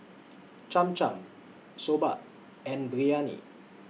Cham Cham Soba and Biryani